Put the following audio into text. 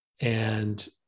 and-